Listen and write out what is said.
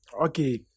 okay